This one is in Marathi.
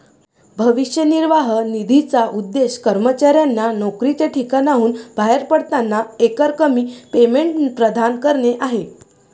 भविष्य निर्वाह निधीचा उद्देश कर्मचाऱ्यांना नोकरीच्या ठिकाणाहून बाहेर पडताना एकरकमी पेमेंट प्रदान करणे आहे